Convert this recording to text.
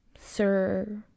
sir